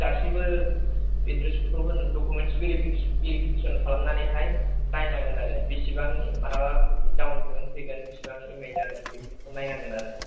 गासैबो address proof documents verification verification खालामनानैहाय नायनांगोन आरो बिसिबां माबा डाउन पेमेन्ट फैगोन बेसेबांनि इएमआइ जागोन बेफोरखौ नायनांगोन आरो